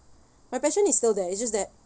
my passion is still there it's just that